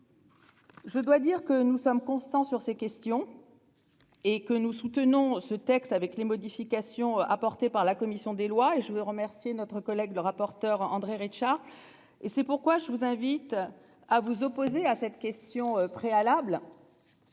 Je dois dire que nous sommes constants sur ces questions. Et que nous soutenons ce texte avec les modifications apportées par la commission des lois et je veux remercier notre collègue le rapporteur André Reichardt. Et c'est pourquoi je vous invite à vous opposer à cette question préalable.